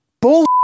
bull